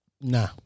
Nah